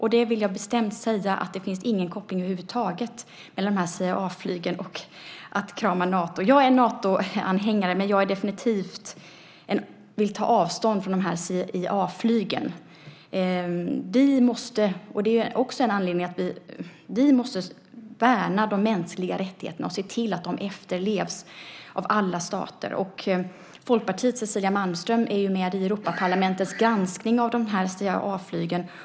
Jag vill bestämt säga att det inte finns någon koppling över huvud taget mellan dessa CIA-flyg och att krama Nato. Jag är Natoanhängare, men jag vill definitivt ta avstånd från dessa CIA-flyg. Vi måste värna de mänskliga rättigheterna och se till att de efterlevs av alla stater. Folkpartiets Cecilia Malmström deltar i Europaparlamentets granskning av dessa CIA-flyg.